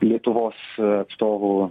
lietuvos atstovų